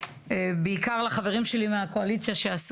בעיקר לחברים שלי מהקואליציה שעשו